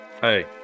hey